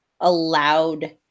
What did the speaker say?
allowed